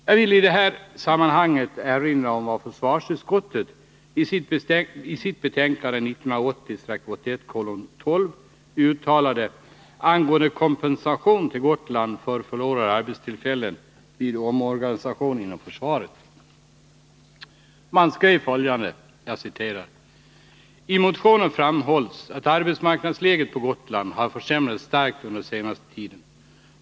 Jag vill i detta sammanhang erinra om vad försvarsutskottet i sitt betänkande 1980/81:12 uttalade angående kompensation till Gotland för förlorade arbetstillfällen vid omorganisationen inom försvaret. Utskottet skrev följande: ”I motionen framhålls att arbetsmarknadsläget på Gotland har försämrats starkt under den senaste tiden.